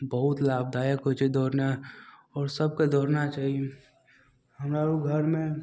बहुत लाभदायक होइ छै दौड़नाइ आओर सबके दौड़ना चाही हमरा अर घरमे